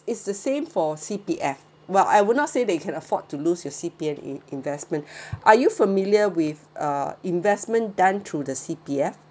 is the same for C_P_F while I would not say they can afford to lose your C_P_F in~ investment are you familiar with uh investment done through the C_P_F